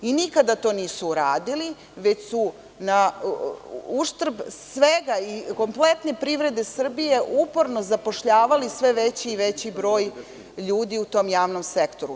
Nikada to nisu uradili već su na uštrb svega i kompletne privrede Srbije uporno zapošljavali sve veći i veći broj ljudi u tom javnom sektoru.